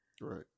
Right